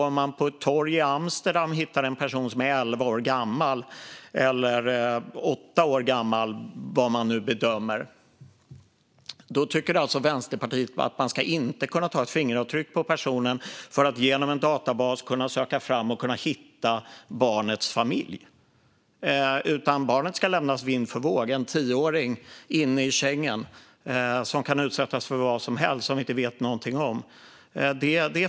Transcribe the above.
Om man på ett torg i Amsterdam hittar en person som man bedömer är exempelvis åtta eller elva år gammal tycker alltså Vänsterpartiet att man inte ska kunna ta ett fingeravtryck på den personen för att genom en databas kunna söka fram och hitta barnets familj, utan barnet ska lämnas vind för våg. Det förvånar mig väldigt mycket, måste jag säga. En tioåring inne i Schengen kan utsättas för vad som helst som vi inte vet någonting om.